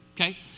okay